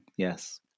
yes